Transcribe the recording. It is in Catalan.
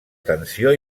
tensió